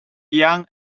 young